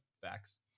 facts